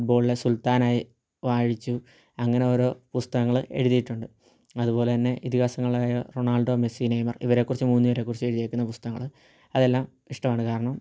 ഫുഡ്ബോളിലെ സുൽത്താനായി വാഴിച്ചു അങ്ങനെ ഓരോ പുസ്തകങ്ങൾ എഴുതിയിട്ടുണ്ട് അതുപോലെ തന്നെ ഇതിഹാസങ്ങളായ റൊണാൾഡോ മെസ്സി നെയ്മർ ഇവരെ കുറിച്ച് മൂന്ന് പേരെക്കുറിച്ച് എഴുതിയേക്കുന്ന പുസ്തകങ്ങൾ അതെല്ലാം ഇഷ്ടമാണ് കാരണം